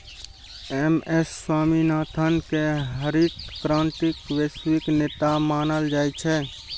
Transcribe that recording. M S Swaminathan कें हरित क्रांतिक वैश्विक नेता मानल जाइ छै